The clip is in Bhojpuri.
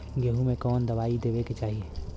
गेहूँ मे कवन दवाई देवे के चाही?